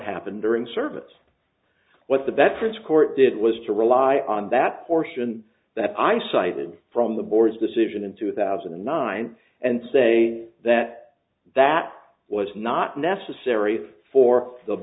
happened during service what the benefits court did was to rely on that portion that i cited from the board's decision in two thousand and nine and say that that was not necessary for the